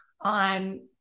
on